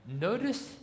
notice